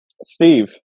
Steve